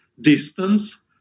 distance